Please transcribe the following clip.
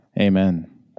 Amen